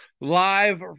live